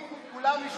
ואם כולם ישבו,